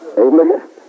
Amen